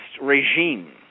regime